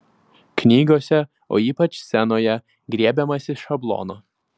knygose o ypač scenoje griebiamasi šablono